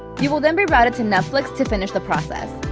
you will then be routed to netflix to finish the process.